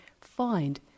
find